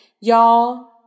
Y'all